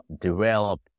develop